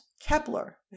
Kepler